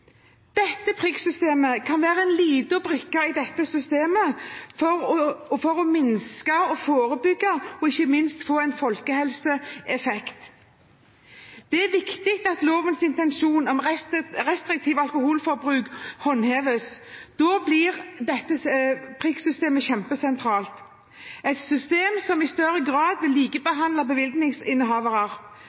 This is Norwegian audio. kan være en liten brikke i dette systemet – for å minske og å forebygge, og, ikke minst, få en folkehelseeffekt. Det er viktig at lovens intensjon om en restriktiv alkoholpolitikk håndheves. Da blir dette prikksystemet kjempesentralt – et system som i større grad vil likebehandle bevillingsinnehavere.